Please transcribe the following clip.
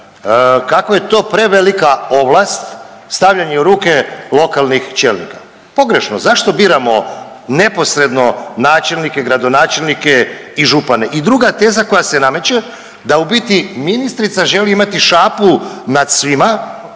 kako je to prevelika ovlast stavljanje u ruke lokalnih čelnika. Pogrešno. Zašto biramo neposredno načelnike, gradonačelnike i župane? I druga teza koja se nameće da u biti ministrica želi imati šapu nad svima